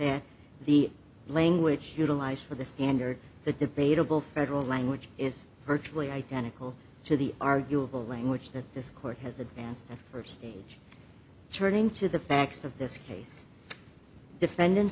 at the language utilized for the standard the debatable federal language is virtually identical to the arguable language that this court has advanced at first stage turning to the facts of this case defendant